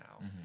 now